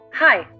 Hi